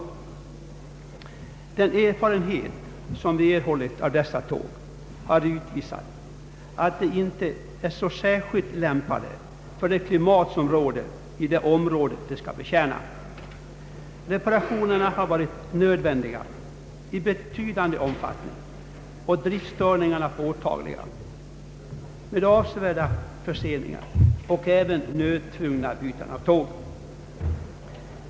Den erfarenhet som vi nu har fått av dessa tåg har utvisat, att de inte är särskilt lämpade för det klimat som råder i det område de skall betjäna. Reparationer har varit nödvändiga i betydande omfattning och driftsstörningarna varit påtagliga med avsevärda förseningar och även nödtvungna byten av tåg.